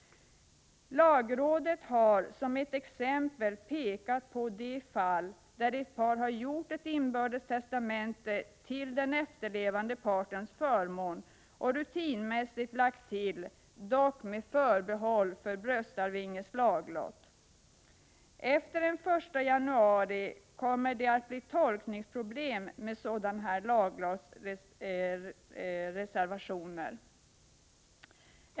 Lagrådet har som ett exempel pekat på det fallet när ett par har gjort ett inbördes testamente till den efterlevande partens förmån och rutinmässigt lagt till: ”dock med förbehåll för bröstarvinges laglott”. Efter den 1 januari kommer sådana här reservationer att ge upphov till tolkningsproblem.